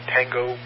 Tango